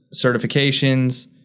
certifications